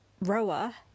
Roa